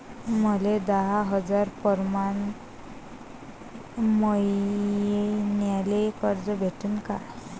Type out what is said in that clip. मले दहा हजार प्रमाण मईन्याले कर्ज भेटन का?